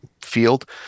field